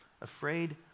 afraid